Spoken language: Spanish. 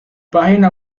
página